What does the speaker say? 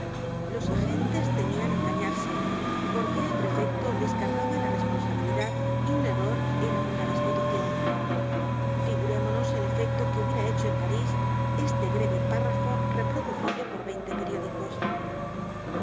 los agentes temían engañarse porque el prefecto les cargaba la responsabilidad y un error era una destitucion figurémonos el efecto que hubiera hecho en parís este breve párrafo reproducido por veinte periódicos ayer